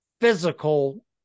physical